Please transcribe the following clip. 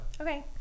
Okay